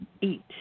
eat